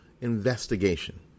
investigation